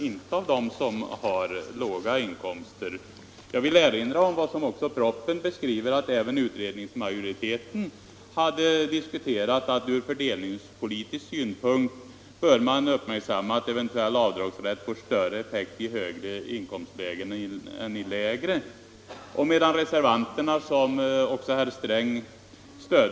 Jag vill också erinra om att det i propositionen står att även utredningsmajoriteten hade diskuterat det förhållandet att en eventuell avdragsrätt får större effekt i högre inkomstlägen än i lägre, och att detta ur fördelningspolitisk synpunkt borde uppmärksammas.